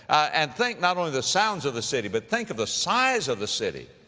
and think, not only the sounds of the city but think of the size of the city.